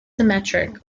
symmetric